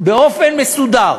באופן מסודר